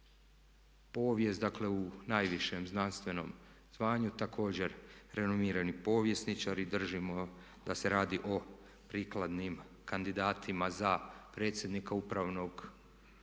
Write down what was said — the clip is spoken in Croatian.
povijest, dakle u najvišem znanstvenom zvanju također renomirani povjesničar. I držimo da se radi o prikladnim kandidatima za predsjednika upravnog odbora